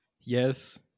Yes